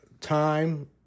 time